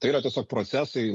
tai yra tiesiog procesai